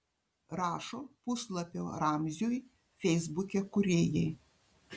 rašo puslapio ramziui feisbuke kūrėjai